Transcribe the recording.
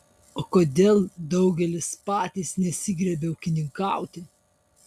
o kodėl daugelis patys nesigriebia ūkininkauti